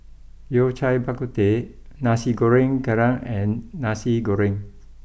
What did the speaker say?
Yao Cai Bak Kut Teh Nasi Goreng Kerang and Nasi Goreng